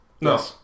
No